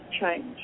change